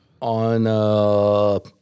On